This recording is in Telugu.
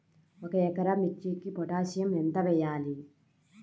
ఒక ఎకరా మిర్చీకి పొటాషియం ఎంత వెయ్యాలి?